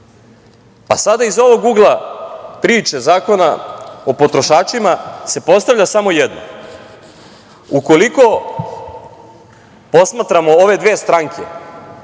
više. Sada iz ovog ugla priče Zakona o potrošačima se postavlja samo jedno. Ukoliko posmatramo ove dve stranke